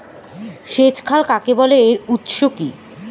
সেচ খাল কাকে বলে এর উৎস কি?